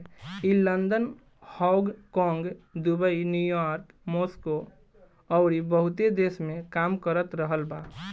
ई London, Hong Kong, Dubai, New York, Moscow अउरी बहुते देश में काम कर रहल बा